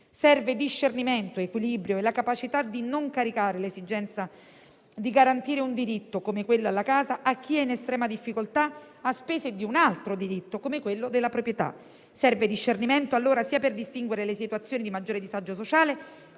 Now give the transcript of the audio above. Servono discernimento, equilibrio e la capacità di non caricare l'esigenza di garantire un diritto, come quello alla casa, a chi è in estrema difficoltà a spese di un altro diritto, come quello della proprietà. Serve quindi discernimento sia per distinguere le situazioni di maggiore disagio sociale